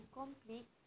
complete